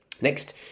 next